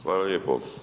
Hvala lijepo.